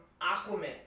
Aquaman